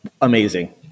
amazing